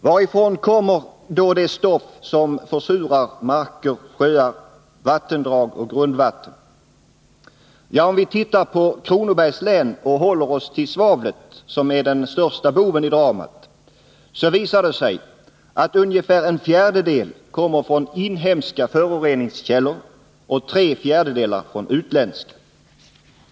Varifrån kommer då det stoff som försurar marker, sjöar, vattendrag och grundvatten? Ja, om vi tittar på Kronobergs län och håller oss till svavlet, som är den största boven i dramat, så visar det sig att ungefär en fjärdedel kommer från inhemska föroreningskällor och tre fjärdedelar från utländska.